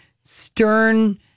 stern